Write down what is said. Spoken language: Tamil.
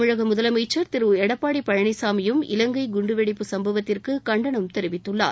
தமிழக முதலமைச்சர் திரு எடப்பாடி பழனிசாமியும் இலங்கை குண்டுவெடிப்பு சம்பவத்திற்கு கண்டனம் தெரிவித்துள்ளார்